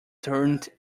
turned